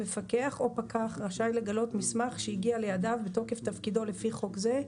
המפקח או פקח רשאי לגלות מסמך שהגיע לידיו בתוקף תפקידו לפי חוק זה,